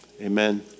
Amen